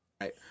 Right